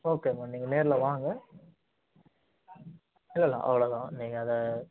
ஓகேம்மா நீங்கள் நேரில் வாங்க இல்லை இல்லை அவ்வளோதான் நீங்கள் அதை